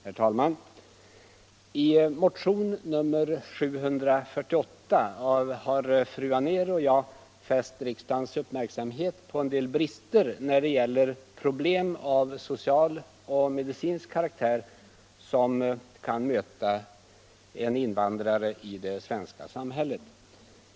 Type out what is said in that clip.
Herr talman! I motionen 748 har fru Anér och jag fäst riksdagens uppmärksamhet på en del problem av social och medicinsk karaktär som kan möta en invandrare i det svenska samhället.